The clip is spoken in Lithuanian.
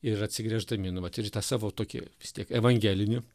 ir atsigręždami nu vat ir į tą savo tokį vis tiek evangelinį